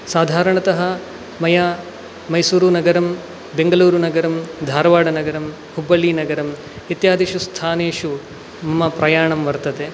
साधारणतः मया मैसूरुनगरं बेङ्गलूरुनगरं धारवाडनगरं हुब्बल्लिनगरम् इत्यादिषु स्थानेषु मम प्रयाणं वर्तते